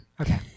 Okay